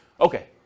Okay